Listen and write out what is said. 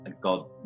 God